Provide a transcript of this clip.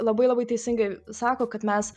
labai labai teisingai sako kad mes